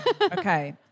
Okay